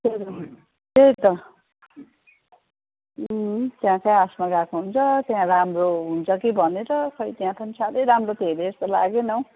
त्यही त त्यहाँकै आसमा गएको हुन्छ त्यहाँ राम्रो हुन्छ कि भनेर खोइ त्यहाँ पनि साह्रै राम्रो हेरेको जस्तो त लागेन